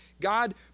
God